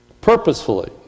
purposefully